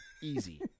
Easy